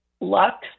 luck